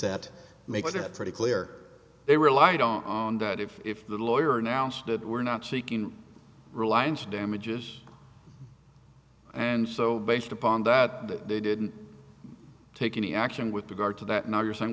that makes it pretty clear they relied on that if the lawyer now we're not seeking reliance damages and so based upon that they didn't take any action with regard to that now you're saying